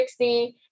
60